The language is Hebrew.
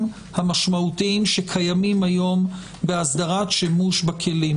המשמעותיים שקיימים היום בהסדרת שימוש בכלים,